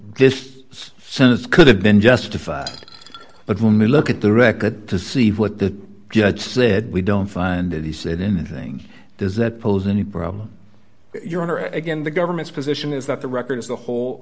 this could have been justified but when you look at the record to see what the judge said we don't find that he said anything does that pose any problem your honor again the government's position is that the record as a whole